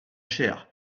cher